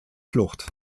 flucht